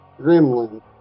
gremlin